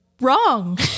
wrong